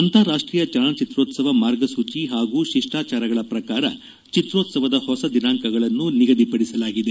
ಅಂತಾರಾಷ್ಟೀಯ ಚಲನ ಚಿತ್ರೋತ್ಸವ ಮಾರ್ಗಸೂಚಿ ಹಾಗೂ ಶಿಷ್ಟಾಚಾರಗಳ ಪ್ರಕಾರ ಚಿತ್ರೋತ್ಸವದ ಹೊಸ ದಿನಾಂಕಗಳನ್ನು ನಿಗದಿಪಡಿಸಲಾಗಿದೆ